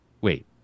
wait